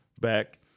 back